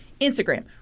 Instagram